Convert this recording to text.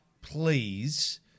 please